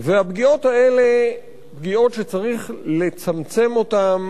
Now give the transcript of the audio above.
והפגיעות האלה, פגיעות שצריך לצמצם אותן